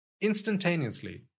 instantaneously